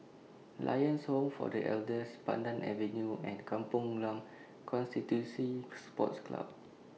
Lions Home For The Elders Pandan Avenue and Kampong Glam Constituency Sports Club